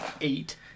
eight